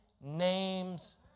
name's